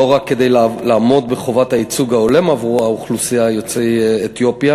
לא רק כדי לעמוד בחובת הייצוג ההולם עבור האוכלוסייה של יוצאי אתיופיה